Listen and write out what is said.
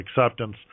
acceptance